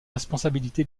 responsabilité